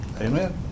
Amen